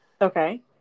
Okay